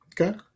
Okay